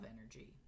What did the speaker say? energy